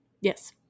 Yes